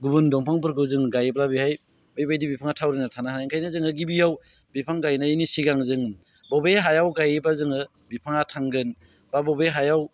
गुबुन दंफांफोरखौ जोङो गायोब्ला बेहाय बेबायदि बिफाङा थावरिनानै थानो हाया ओंखायनो जोङो गिबियाव बिफां गायनायनि सिगां जों बबे हायाव गायोबा जोङो बिफाङा थांगोन बा बबे हायाव